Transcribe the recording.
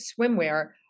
swimwear